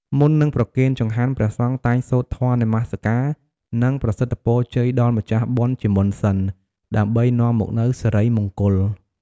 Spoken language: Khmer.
មុននឹងប្រគេនចង្ហាន់ ព្រះសង្ឃតែងសូត្រធម៌នមស្ការ និងប្រសិទ្ធពរជ័យដល់ម្ចាស់បុណ្យជាមុនសិន ដើម្បីនាំមកនូវសិរីមង្គល។